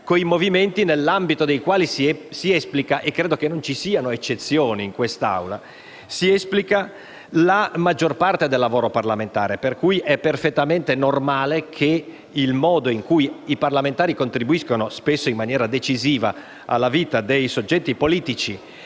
con i movimenti nell'ambito dei quali si esplica - credo non ci siano eccezioni in questa Aula - la maggior parte del lavoro parlamentare. Per cui, è perfettamente normale che il modo in cui i parlamentari contribuiscono, spesso in maniera decisiva alla vita dei soggetti politici